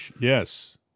Yes